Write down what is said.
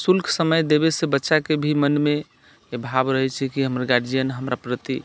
शुल्क समय देबयसँ बच्चाके भी मनमे ई भाव रहैत छै कि हमर गार्जियन हमरा प्रति